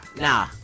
nah